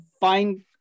find